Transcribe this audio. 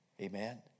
Amen